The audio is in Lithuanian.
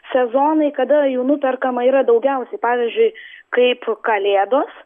sezonai kada jų nuperkama yra daugiausiai pavyzdžiui kaip kalėdos